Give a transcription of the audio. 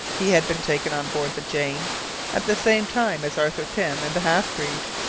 he had been taken on board the jane at the same time as arthur pym and the half-breed.